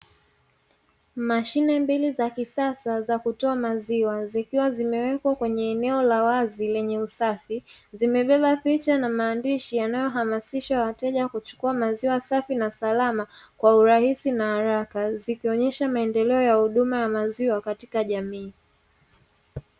Mashine mbili za kisasa za kutoa maziwa, zikiwa zimewekwa kwenye eneo la wazi lenye usafi, zimebeba picha na maandishi yanayohamasisha wateja kuchukua maziwa safi na salama kwa urahisi na haraka, zikionyesha maendeleo ya huduma ya maziwa katika jamii.